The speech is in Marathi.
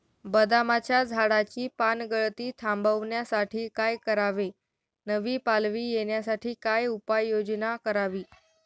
बदामाच्या झाडाची पानगळती थांबवण्यासाठी काय करावे? नवी पालवी येण्यासाठी काय उपाययोजना करावी?